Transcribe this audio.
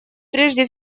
прежде